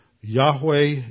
Yahweh